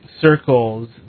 circles